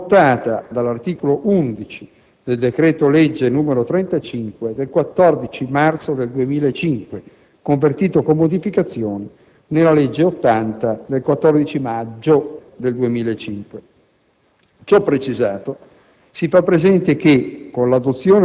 che si aggiunge a quella di 30 milioni di euro apportata dall'articolo 11 del decreto-legge n. 35, del 14 marzo 2005, convertito in legge, con modificazioni, dalla legge n. 80, del 14 maggio 2005.